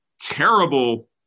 terrible